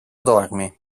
dorme